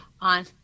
on